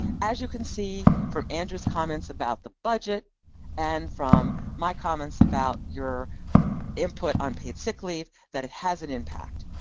as you can see from andrew's comments about the budget and from my comments about your input on paid sick leave that it has an impact.